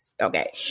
okay